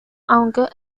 aunque